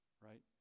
right